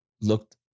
looked